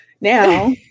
now